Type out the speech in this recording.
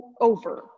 over